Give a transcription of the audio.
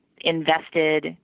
invested